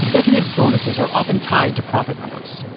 executives bonuses are often tied to profit numbers.